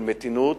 של מתינות,